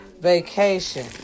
vacation